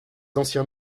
anciens